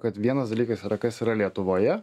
kad vienas dalykas yra kas yra lietuvoje